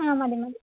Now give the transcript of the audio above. ആ മതി മതി